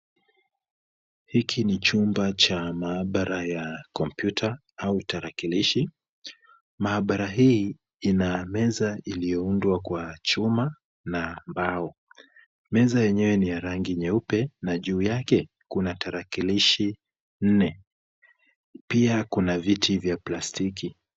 Hiki ni chumba cha maabara ya kompyuta au tarakilishi . Maabara hii ina meza iliyoundwa kwa chuma na mbao . Meza yenyewe ni ya rangi nyeupe na juu yake kuna tarakilishi nne . Pia kuna viti vya plastiki.